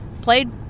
played